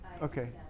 Okay